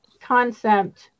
concept